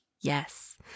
Yes